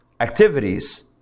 activities